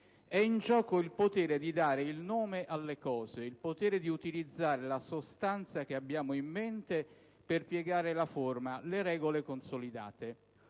È in gioco il potere di dare il nome alle cose, il potere di utilizzare la sostanza che abbiamo in mente per piegare la forma, le regole consolidate.